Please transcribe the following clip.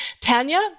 Tanya